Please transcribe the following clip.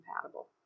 compatible